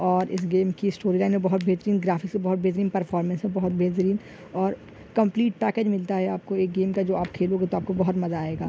اور اس گیم کی اسٹوری لائن میں بہت بہترین گرافکس ہے بہت بہترین پرفارمینس ہے بہت بہترین اور کمپلیٹ پیکج ملتا ہے آپ کو ایک گیم کا جو آپ کھیلو گے تو آپ کو بہت مزہ آئے گا